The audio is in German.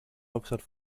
hauptstadt